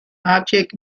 object